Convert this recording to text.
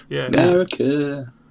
America